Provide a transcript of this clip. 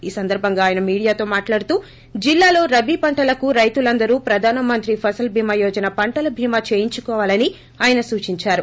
ఈ సందర్భంగా ఆయన మీడియాతో మాట్లాడుతూ జిల్లాలో రబీ పంటలకు రైతులందరూ ప్రధాన మంత్రి ఫసల్ భీమా యోజన పంటల భీమా చేయించుకోవాలని ఆయన సూచించారు